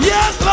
Yes